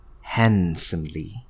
handsomely